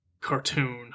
cartoon